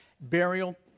burial